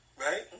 Right